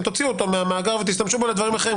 תוציאו מהמאגר ותשתמשו בו לדברים אחרים.